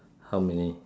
how many